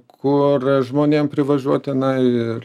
kur žmonėm privažiuot tenai ir